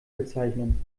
bezeichnen